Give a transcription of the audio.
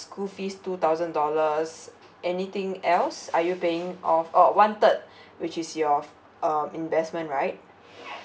school fees two thousand dollars anything else are you paying off oh one third which is your um investment right